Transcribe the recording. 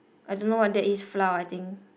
I don't know what that is flour I think